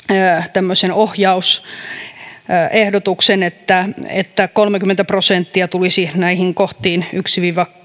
tämmöisen ohjausehdotuksen että että kolmekymmentä prosenttia tulisi näihin kohtiin yhden viiva